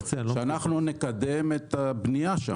אנחנו נקדם שם את הבנייה.